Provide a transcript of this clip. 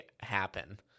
happen